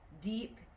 deep